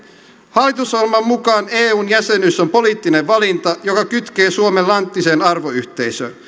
hallitusohjelman mukaan eun jäsenyys on poliittinen valinta joka kytkee suomen läntiseen arvoyhteisöön